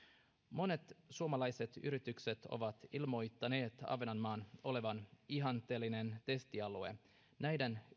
monet suomalaiset yritykset ovat ilmoittaneet ahvenanmaan olevan ihanteellinen testialue näiden